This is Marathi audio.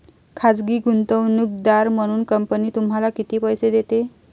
खाजगी गुंतवणूकदार म्हणून कंपनी तुम्हाला किती पैसे देते?